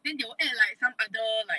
then they will add like some other like